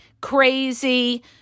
crazy